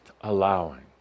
Allowing